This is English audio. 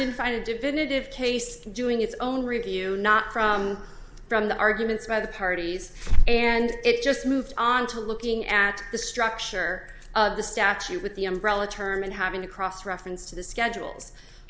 didn't find a definitive case doing its own review not from from the arguments by the parties and it just moved on to looking at the structure of the statute with the umbrella term and having to cross reference to the schedules